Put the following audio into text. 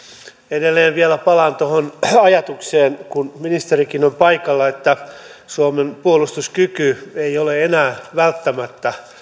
edelleen vielä palaan tuohon ajatukseen kun ministerikin on paikalla että suomen puolustuskyky ei ole enää välttämättä